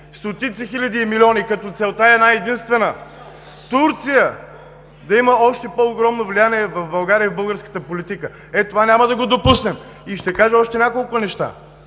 Стотици хиляди и милиони! Като целта е една-единствена – Турция да има още по-огромно влияние в България и в българската политика. Ето това няма да го допуснем! Ще кажа още няколко неща.